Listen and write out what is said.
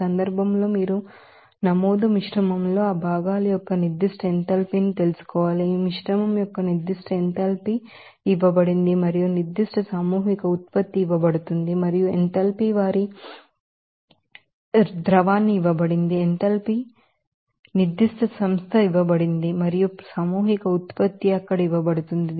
ఈ సందర్భంలో మీరు నమోదు మిశ్రమంలో ఆ భాగాల యొక్క నిర్దిష్ట ఎంథాల్పీని తెలుసుకోవాలి ఆ మిశ్రమం యొక్క నిర్దిష్ట ఎంథాల్పీ ఇది ఇవ్వబడింది మరియు ఇక్కడ సామూహిక ఉత్పత్తి ఇవ్వబడుతుంది మరియు ఎంథాల్పీస్ వారి మరియు ద్రవాన్ని ఇవ్వబడింది ఎంథాల్పీ నిర్దిష్ట సంస్థ ఇవ్వబడింది మరియు సామూహిక ఉత్పత్తి అక్కడ ఇవ్వబడుతుంది